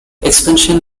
expansion